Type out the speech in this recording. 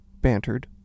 bantered